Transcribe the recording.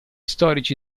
storici